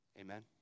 Amen